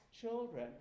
children